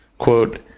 quote